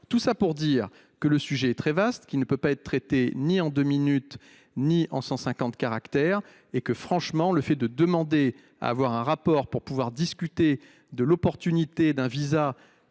Tout cela pour dire que le sujet est très vaste. Il ne peut être traité ni en deux minutes ni en 150 caractères. Franchement, une demande de rapport pour pouvoir discuter de l’opportunité d’un visa